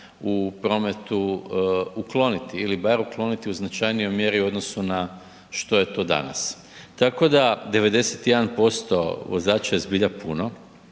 u prometu ukloniti ili bar ukloniti u značajnijoj mjeri u odnosu na što je to danas, tako da 91% vozača je zbilja puno